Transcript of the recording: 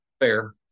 fair